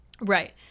Right